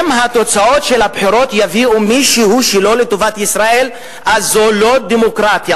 שאם התוצאות של הבחירות יביאו מישהו שלא לטובת ישראל אז זו לא דמוקרטיה,